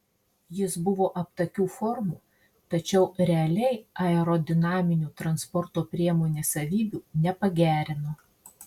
jis buvo aptakių formų tačiau realiai aerodinaminių transporto priemonės savybių nepagerino